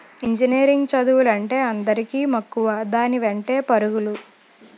engineering చదువులంటే అందరికీ మక్కువ దాని వెంటే పరుగులు